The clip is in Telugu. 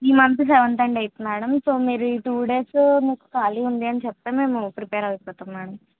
ఈ month seventh and eighth madam ఈ టూ డేస్ ఖాళీ ఉంది అని చెప్తే మేము ప్రిపేర్ అయిపోతాము మేడం